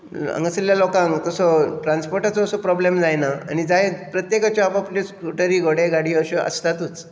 हांगासरल्या लोकांक तसो ट्रान्सपोर्टाचो असो प्रोब्लम जायना आनी प्रत्येकाक आपले स्कुटरी घोडे गाडयो अशें आसतातूच